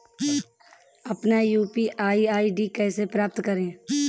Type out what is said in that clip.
अपना UPI ID कैसे प्राप्त करें?